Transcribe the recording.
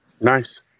Nice